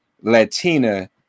Latina